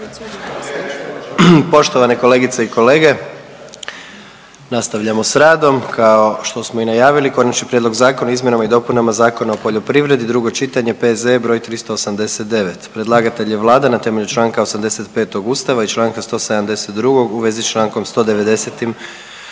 Poštovane kolegice i kolege, nastavljamo s radom kao što smo i najavili: - Konačni prijedlog zakona o izmjenama i dopunama Zakona o poljoprivredi, drugo čitanje, P.Z.E. br. 389. Predlagatelj je Vlada na temelju čl. 85. Ustava i čl. 172. u vezi s čl. 190.